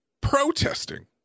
protesting